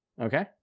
Okay